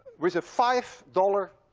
with a five dollars